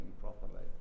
properly